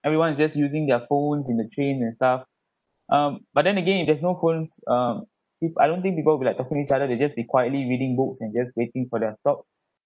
everyone is just using their phones in the train and stuff um but then again if there's no phones um peo~ I don't think people will be like talking each other they just be quietly reading books and just waiting for their stop